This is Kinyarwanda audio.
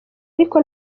ariko